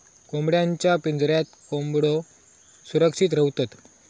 कोंबड्यांच्या पिंजऱ्यात कोंबड्यो सुरक्षित रव्हतत